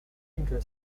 hingga